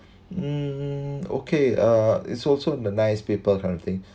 mm okay uh it's also the nice people kind of thing